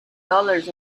dollars